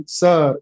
sir